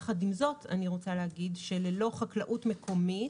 יחד עם זאת, אני רוצה להגיד שללא חקלאות מקומית